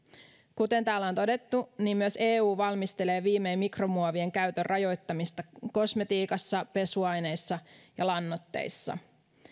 kuten täällä on todettu myös eu valmistelee viimein mikromuovien käytön rajoittamista kosmetiikassa pesuaineissa ja lannoitteissa